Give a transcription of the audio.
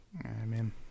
Amen